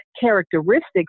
characteristics